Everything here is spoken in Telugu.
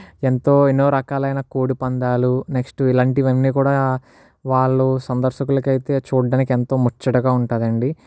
ఎంతో ఎన్నో రకాలైన కోడిపందాలు నెక్స్టు ఇలాంటివన్నీ కూడా వాళ్లు సందర్శకులకైతే చూడడానికి ఎంతో ముచ్చటగా ఉంటుంది అండి